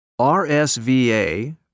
RSVA